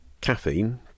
caffeine